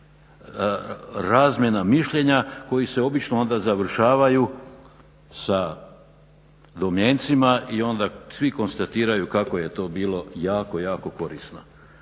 razmjena mišljenja koji se obično onda završavaju sa domjencima i onda svi konstatiraju kako je to bilo jako, jako korisno.